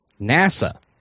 NASA